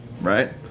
right